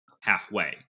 halfway